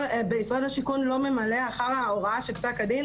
ומשרד השיכון לא ממלא אחרי ההוראה של פסק הדין,